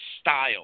style